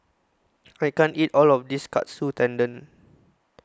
I can't eat All of This Katsu Tendon